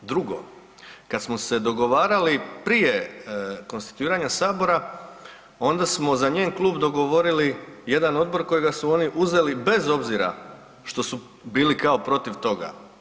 Drugo, kada smo se dogovarali prije konstituiranja Sabora onda smo za njen klub dogovorili jedan odbor kojega su oni uzeli bez obzira što su bili kao protiv toga.